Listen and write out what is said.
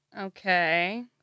Okay